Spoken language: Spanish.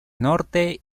norte